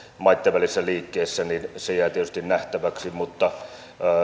maitten välisessä liikkeessä jää tietysti nähtäväksi mutta